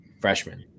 freshman